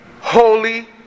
holy